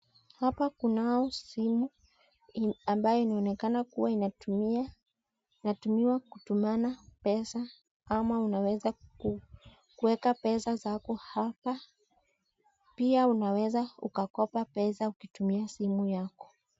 Hapa kunao simu ambayo inaonekana kuwa inatumiwa kutumana pesa ama unaweza kuweka pesa zako hapa pia, unaweza kukopa pesa kutumia simu yako.